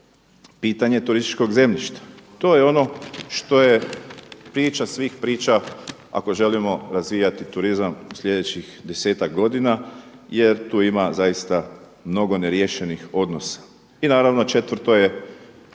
pitanje turističkog zemljišta. To je ono što je priča svih priča ako želimo razvijati turizam u slijedećih desetak godina jer tu ima zaista mnogo neriješenih odnosa. I naravno četvrto je, a